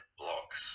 blocks